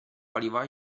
paliva